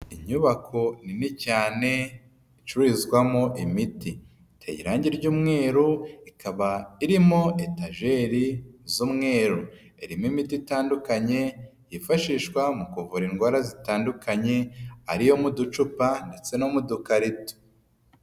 Inyubako nini cyane icururizwamo imiti, iteye irangi ry'umweru, ikaba irimo etajeri z'umweru, irimo imiti itandukanye yifashishwa mu kuvura indwara zitandukanye, ari iyo muducupa ndetse no mudokakarito.